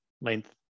length